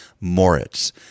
Moritz